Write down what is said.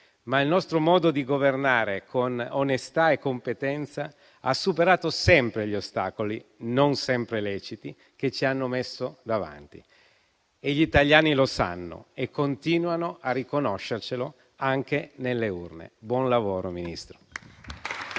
Il nostro modo di governare però, con onestà e competenza, ha superato sempre gli ostacoli, non sempre leciti, che ci hanno messo davanti. Gli italiani lo sanno e continuano a riconoscercelo anche nelle urne. Buon lavoro, Ministro.